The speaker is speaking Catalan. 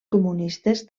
comunistes